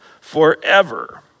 forever